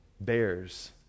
bears